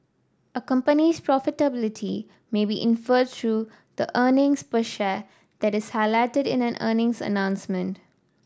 a company's profitability may be inferred through the earnings per share that is highlighted in an earnings announcement